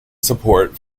support